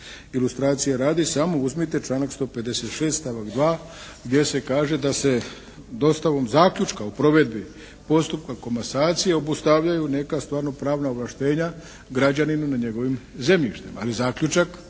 Ilustracije radi, samo uzmite članak 156. stavak 2. gdje se kaže da se dostavom zaključka o provedbi postupka komasacije obustavljaju neka stvarno pravna ovlaštenja građaninu nad njegovim zemljištima. Ali zaključak